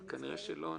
כנראה שלא ענית.